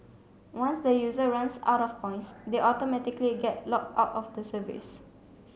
once the user runs out of points they automatically get locked out of the service